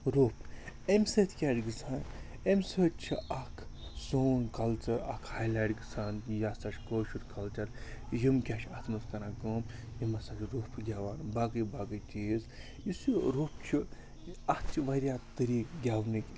روٚپھ اَمہِ سۭتۍ کیٛاہ چھِ گژھان اَمہِ سۭتۍ چھِ اَکھ سون کلچَر اَکھ ہَیلایِٹ گژھان یہِ ہَسا چھُ کٲشُر کَلچر یِم کیٛاہ چھِ اَتھ منٛز کَران کٲم یِم ہَسا چھِ روٚپھ گٮ۪وان باقٕے باقٕے چیٖز یُس یہِ روٚپھ چھُ اَتھ چھِ واریاہ طریٖقہٕ گٮ۪ونٕکۍ